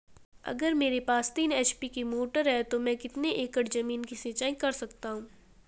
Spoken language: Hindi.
अगर मेरे पास तीन एच.पी की मोटर है तो मैं कितने एकड़ ज़मीन की सिंचाई कर सकता हूँ?